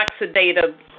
oxidative